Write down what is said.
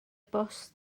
bws